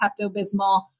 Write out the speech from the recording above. Pepto-Bismol